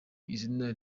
izina